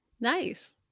nice